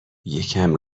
یکم